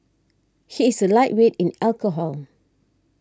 he is a lightweight in alcohol